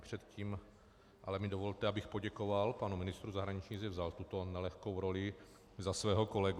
Předtím mi ale dovolte, abych poděkoval panu ministru zahraničí, že vzal tuto nelehkou roli za svého kolegu.